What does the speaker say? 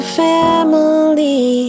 family